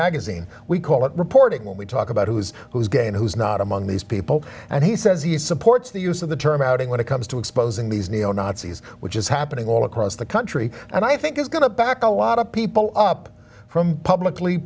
magazine we call it reporting when we talk about who's who's gay and who's not among these people and he says he supports the use of the term outing when it comes to exposing these neo nazis which is happening all across the country and i think is going to back a lot of people up from publicly